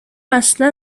اصلا